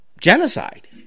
genocide